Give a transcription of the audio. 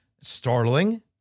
Startling